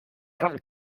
vom